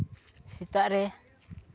ᱥᱮᱛᱟᱜ ᱨᱮ